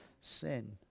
sin